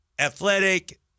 athletic